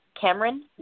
Cameron